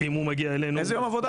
אם הוא מגיע אלינו --- איזה יום עבודה?